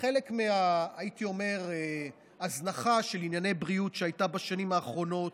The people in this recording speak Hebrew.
חלק מההזנחה של ענייני בריאות שהייתה בשנים האחרונות